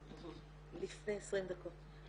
אני